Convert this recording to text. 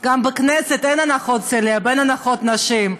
גם בכנסת אין הנחות סלב, אין הנחות נשים.